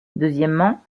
deuxièmement